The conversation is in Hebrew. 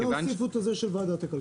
והוסיפו את זה של ועדת הכלכלה.